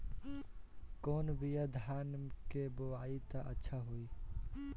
कौन बिया धान के बोआई त अच्छा होई?